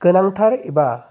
गोनांथार एबा